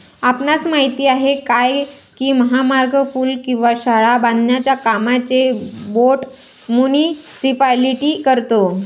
आपणास माहित आहे काय की महामार्ग, पूल किंवा शाळा बांधण्याच्या कामांचे बोंड मुनीसिपालिटी करतो?